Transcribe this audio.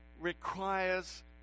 requires